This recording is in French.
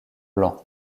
blanc